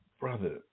Brother